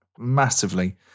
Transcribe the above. massively